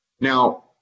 Now